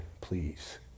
please